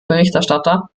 berichterstatter